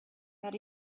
met